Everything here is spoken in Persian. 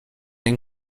این